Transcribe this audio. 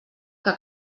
que